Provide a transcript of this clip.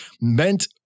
meant